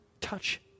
touch